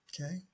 Okay